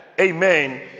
Amen